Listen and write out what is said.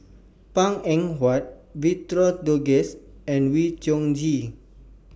Png Eng Huat Victor Doggett and Wee Chong Jin